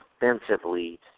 defensively –